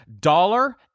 dollar